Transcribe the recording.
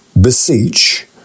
beseech